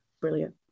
brilliant